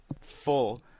full